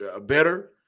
better